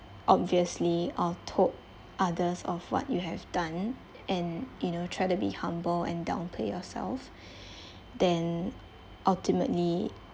obviously or told others of what you have done and you know try to be humble and downplay yourself then ultimately